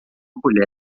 colher